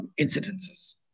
incidences